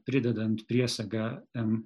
pridedant priesagą em